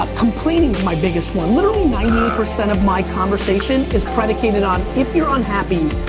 ah complaining's my biggest one. literally ninety eight percent of my conversation is predicated on if you're unhappy,